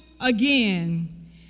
again